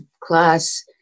class